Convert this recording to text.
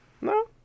No